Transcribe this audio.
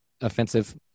offensive